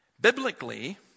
Biblically